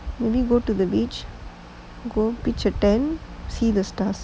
maybe go to the beach go see the stars